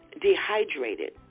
dehydrated